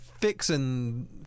fixing